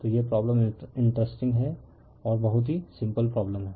तो यह problem interesting problem है और बहुत ही सिंपल प्रॉब्लम है